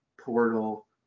portal